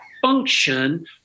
function